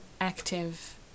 active